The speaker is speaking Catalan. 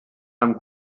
amb